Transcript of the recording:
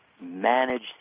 manage